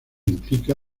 implica